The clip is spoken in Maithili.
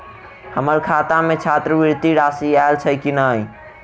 हम्मर खाता मे छात्रवृति राशि आइल छैय की नै?